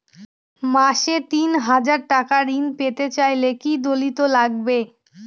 মাসে তিন হাজার টাকা ঋণ পেতে চাইলে কি দলিল লাগবে?